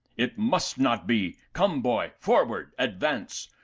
it must not be come, boy, forward, advance!